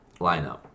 lineup